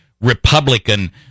republican